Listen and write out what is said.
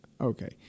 Okay